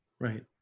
Right